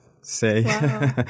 say